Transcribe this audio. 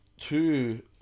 two